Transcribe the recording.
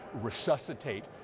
resuscitate